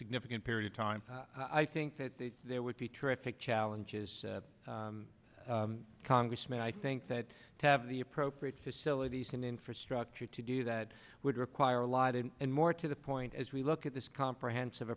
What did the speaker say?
significant period of time i think that there would be traffic challenges congressman i think that to have the appropriate facilities and infrastructure to do that would require a lot and more to the point as we look at this comprehensive